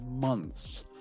months